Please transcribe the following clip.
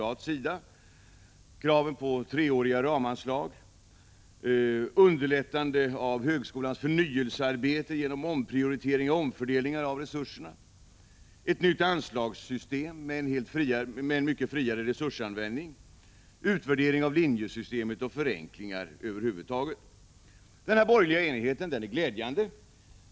Det gäller kraven på treåriga ramanslag, underlättande av högskolans förnyelsearbete genom omprioriteringar och omfördelningar av resurserna, ett nytt anslagssystem med ett mycket friare resursutnyttjande, utvärdering av linjesystemet och förenklingar över huvud taget. Denna borgerliga enighet är glädjande.